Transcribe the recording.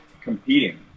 competing